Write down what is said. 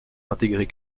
intégrer